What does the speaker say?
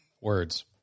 words